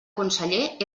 conseller